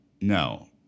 No